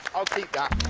i'll keep that.